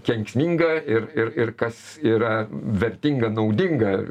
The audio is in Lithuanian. kenksminga ir ir ir kas yra vertinga naudinga